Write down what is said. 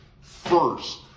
first